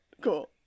Cool